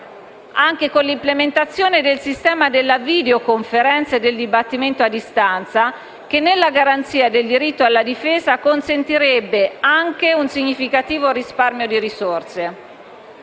anche con l'implementazione del sistema della videoconferenza e del dibattimento a distanza, che, nella garanzia del diritto alla difesa, consentirebbe anche un significativo risparmio di risorse.